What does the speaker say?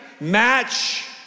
match